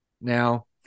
Now